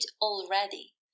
already